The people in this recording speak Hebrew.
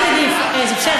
זה בסדר,